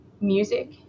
music